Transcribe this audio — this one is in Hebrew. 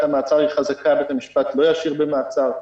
המעצר חזקה בית המשפט לא ישאיר במעצר,